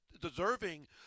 deserving